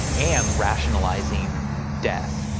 and rationalizing death.